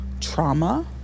trauma